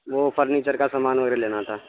وہ فرنیچر کا سامان وغیرہ لینا تھا